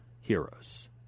heroes